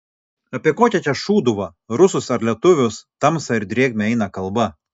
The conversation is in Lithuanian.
apie kokią čia šūduvą rusus ar lietuvius tamsą ir drėgmę eina kalba